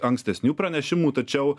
ankstesnių pranešimų tačiau